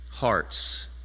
Hearts